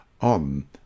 on